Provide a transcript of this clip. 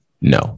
no